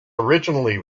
originally